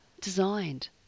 designed